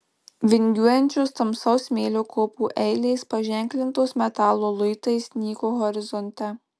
vingiuojančios tamsaus smėlio kopų eilės paženklintos metalo luitais nyko horizonte